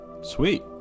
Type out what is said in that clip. Sweet